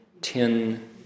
Ten